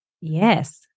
Yes